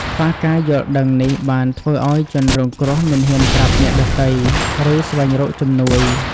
ខ្វះការយល់ដឹងនេះបានធ្វើឱ្យជនរងគ្រោះមិនហ៊ានប្រាប់អ្នកដទៃ ឬស្វែងរកជំនួយ។